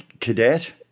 cadet